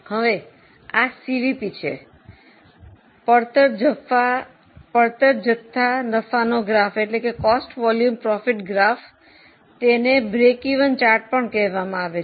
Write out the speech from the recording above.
હવે આ સીવીપી છે પડતર જથ્થા નફાનો ગ્રાફ તેને સમતૂર ચાર્ટ પણ કહેવામાં આવે છે